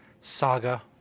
Saga